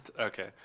Okay